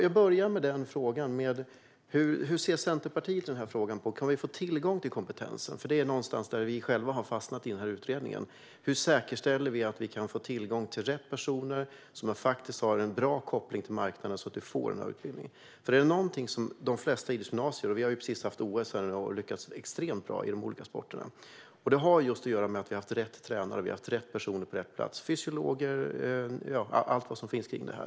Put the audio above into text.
Jag börjar med att fråga: Hur ser Centerpartiet på denna fråga? Kan vi få tillgång till kompetensen? Det är där någonstans vi har fastnat i utredningen. Hur säkerställer vi att vi kan få tillgång till rätt personer som har en bra koppling till marknaden så att man får denna utbildning? Detta är något som gäller de flesta idrottsgymnasier. Vi har precis haft OS och lyckats extremt bra inom de olika sporterna. Det har att göra just med att vi har haft rätt tränare och rätt personer på rätt plats - fysiologer och allt som finns kring detta.